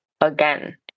again